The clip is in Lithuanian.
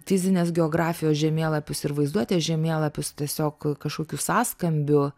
fizinės geografijos žemėlapius ir vaizduotės žemėlapius tiesiog kažkokiu sąskambiu